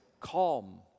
calm